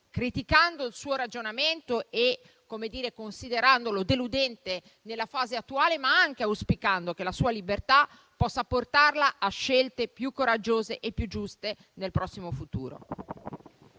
criticando il suo ragionamento e considerandolo deludente nella fase attuale, ma anche auspicando che la sua libertà possa portarla a scelte più coraggiose e più giuste nel prossimo futuro.